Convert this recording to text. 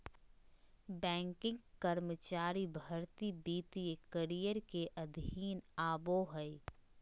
banking कर्मचारी भर्ती वित्तीय करियर के अधीन आबो हय